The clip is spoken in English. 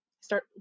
start